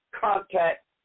contact